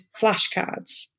flashcards